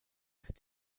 ist